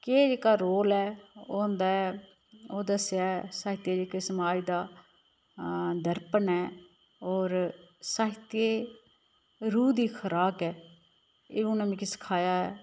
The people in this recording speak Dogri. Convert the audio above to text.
केह् जेह्का रोल ऐ ओह् होंदा ऐ ओह् दस्सेआ ऐ साहित्य इक समाज दा दर्पण ऐ होर साहित्य रूह् दी खराक ऐ एह् उ'नें मिकी सखाया ऐ